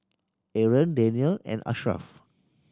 Aaron Daniel and Ashraf